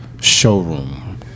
showroom